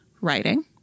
Writing